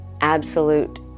absolute